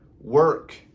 work